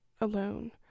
alone